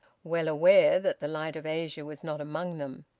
well aware that the light of asia was not among them.